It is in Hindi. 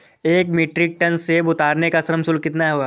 एक मीट्रिक टन सेव उतारने का श्रम शुल्क कितना होगा?